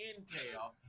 intel